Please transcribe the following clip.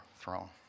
throne